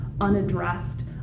unaddressed